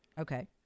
Okay